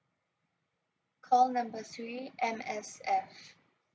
call number three M_S_F